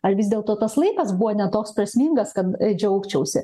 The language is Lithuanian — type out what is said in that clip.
ar vis dėlto tas laikas buvo ne toks prasmingas kad džiaugčiausi